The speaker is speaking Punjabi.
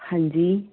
ਹਾਂਜੀ